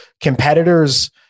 competitors